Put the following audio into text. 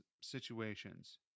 situations